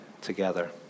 together